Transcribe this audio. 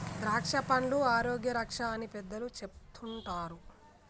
ద్రాక్షపండ్లు ఆరోగ్య రక్ష అని పెద్దలు చెపుతుంటారు